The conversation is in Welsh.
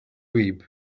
wlyb